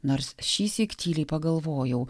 nors šįsyk tyliai pagalvojau